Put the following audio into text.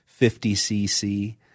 50cc